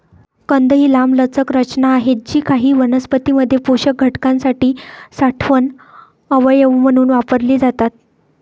कंद ही लांबलचक रचना आहेत जी काही वनस्पतीं मध्ये पोषक घटकांसाठी साठवण अवयव म्हणून वापरली जातात